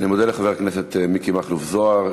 אני מודה לחבר הכנסת מכלוף מיקי זוהר.